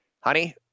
Honey